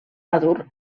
madur